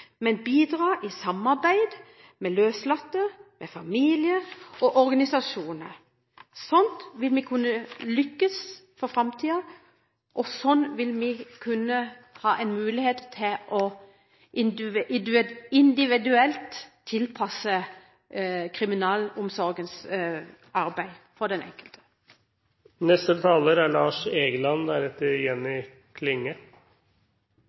men bidra i samarbeid med løslatte, med familie og med organisasjoner. Slik vil vi kunne lykkes i framtiden, og slik vil vi ha mulighet til å tilpasse kriminalomsorgens arbeid til den enkelte. Det er